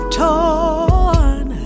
torn